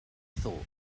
thought